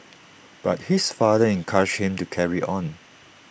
but his father encouraged him to carry on